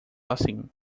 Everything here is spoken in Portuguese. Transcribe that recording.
assim